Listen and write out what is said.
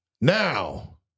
now